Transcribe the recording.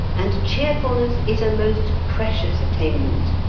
and cheerfulness is a most precious attainment.